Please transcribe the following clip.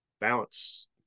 balance